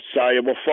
soluble